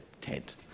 tent